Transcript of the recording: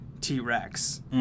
T-Rex